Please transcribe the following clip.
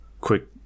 quick